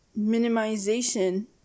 minimization